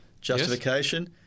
justification